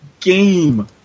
game